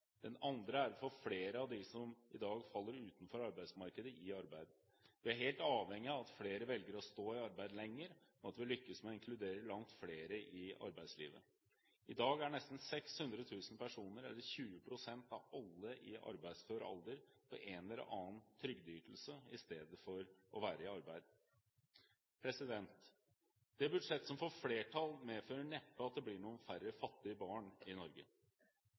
den andre er å få flere av dem som i dag faller utenfor arbeidsmarkedet, i arbeid. Vi er helt avhengig av at flere velger å stå i arbeid lenger, og at vi lykkes med å inkludere langt flere i arbeidslivet. I dag er nesten 600 000 personer, eller 20 pst. av alle i arbeidsfør alder, på en eller annen trygdeytelse i stedet for å være i arbeid. Det budsjettet som får flertall, medfører neppe at det blir noen færre fattige barn i Norge.